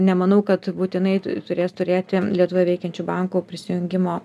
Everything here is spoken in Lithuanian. nemanau kad būtinai turės turėti lietuvoje veikiančių bankų prisijungimo